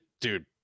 dude